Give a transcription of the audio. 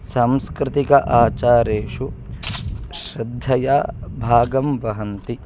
सांस्कृतिकेषु आचारेषु श्रद्धया भागं वहन्ति